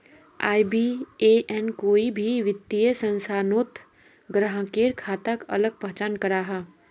IBAN कोई भी वित्तिय संस्थानोत ग्राह्केर खाताक अलग पहचान कराहा